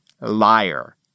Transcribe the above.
Liar